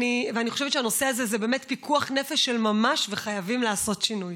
אני חושבת שהנושא הזה הוא באמת פיקוח נפש של ממש וחייבים לעשות שינוי.